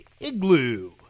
Igloo